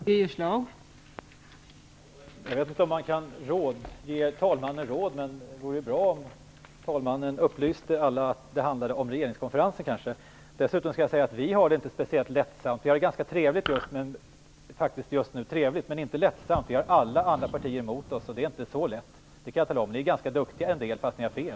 Fru talman! Jag vet inte om man kan ge talmannen råd, men det vore kanske bra om talmannen upplyste alla om att det nu handlar om regeringskonferensen. Jag vill dessutom säga att vi inte har det speciellt lättsamt. Vi har det faktiskt just nu trevligt men inte lättsamt. Vi har alla andra partier emot oss, och jag kan tala om att det inte är så lätt. En del av er är ganska duktiga, fastän ni har fel.